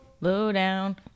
lowdown